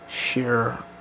share